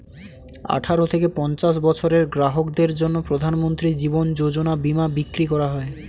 আঠারো থেকে পঞ্চাশ বছরের গ্রাহকদের জন্য প্রধানমন্ত্রী জীবন যোজনা বীমা বিক্রি করা হয়